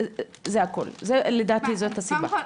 זה הכול, לדעתי זאת הסיבה.